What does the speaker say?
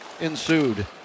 ensued